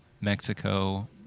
Mexico